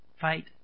fight